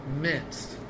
minced